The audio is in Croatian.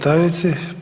tajnici.